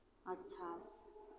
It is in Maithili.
अच्छासँ